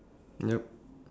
yup